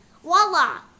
voila